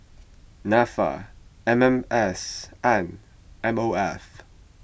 Nafa M M S and M O F